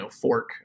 fork